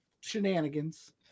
shenanigans